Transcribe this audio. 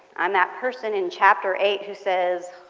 i'm that person in chapter eight who says,